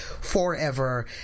forever